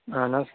اَہَن حظ